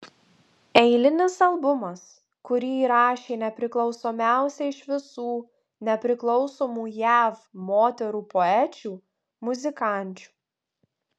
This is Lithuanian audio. eilinis albumas kurį įrašė nepriklausomiausia iš visų nepriklausomų jav moterų poečių muzikančių